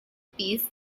piece